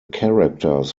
characters